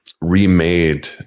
remade